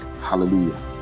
Hallelujah